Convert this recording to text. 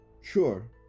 sure